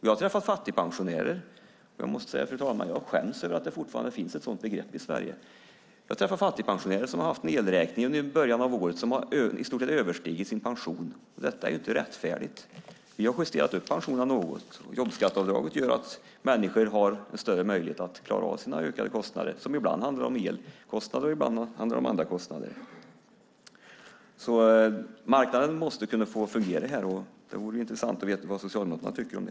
Jag har träffat fattigpensionärer - jag måste säga, fru talman, att jag skäms över att det fortfarande finns ett sådan begrepp i Sverige - som i början av året hade en elräkning som i stort sett översteg pensionen. Det är inte rättfärdigt! Vi har justerat upp pensionerna något, och jobbskatteavdraget gör att människor har större möjlighet att klara av sina ökade kostnader, som ibland handlar om elkostnader och ibland handlar om andra kostnader. Marknaden måste få fungera. Det vore intressant att veta vad Socialdemokraterna tycker om det.